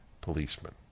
policemen